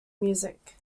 music